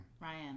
Ryan